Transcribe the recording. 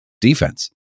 defense